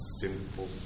simple